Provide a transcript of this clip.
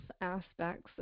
aspects